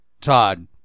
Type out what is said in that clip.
Todd